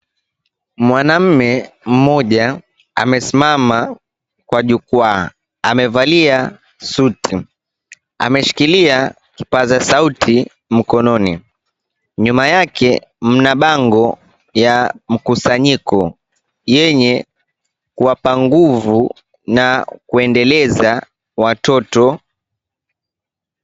Mwanaume mmoja amesimama kwa jukwaa, amevalia suti. Ameshikilia kipaza sauti mkononi. Nyuma yake mna bango ya mkusanyiko yenye kuwapa nguvu na kuendeleza watoto.